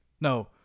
no